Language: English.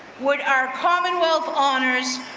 would our commonwealth honors,